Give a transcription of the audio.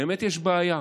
ובאמת יש בעיה.